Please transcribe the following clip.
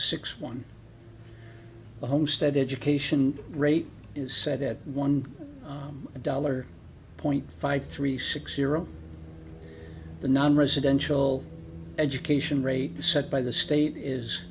six one the homestead education rate is set at one dollar point five three six zero the nonresidential education rate set by the state is